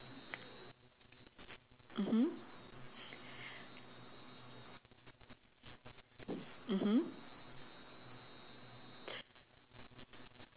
mmhmm mmhmm